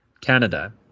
Canada